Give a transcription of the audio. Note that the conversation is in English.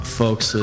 folks